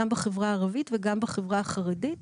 גם בחברה הערבית וגם בחברה החרדית,